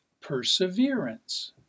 perseverance